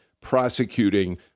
prosecuting